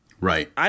Right